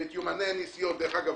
ואת יומני הנסיעות אגב,